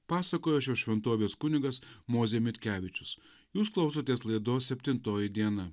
pasakojo šios šventovės kunigas mozė mitkevičius jūs klausotės laidos septintoji diena